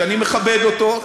שאני מכבד אותו,